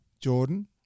Jordan